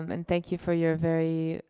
um and thank you for your very